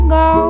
go